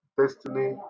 Destiny